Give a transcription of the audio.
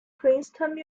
princeton